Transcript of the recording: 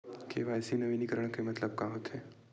KYC नवीनीकरण के मतलब का होथे?